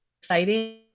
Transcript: Exciting